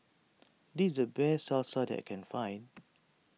this is the best Salsa that I can find